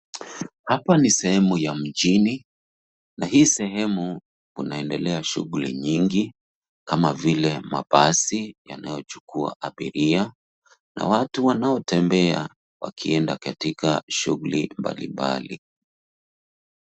Hapa ni sehemu ya mjini na hii sehemu kunaendelea shughuli nyingi kama vile mabasi yanayochukua abiria na watu wanaotembea wakienda katika shughuli mbalimbali.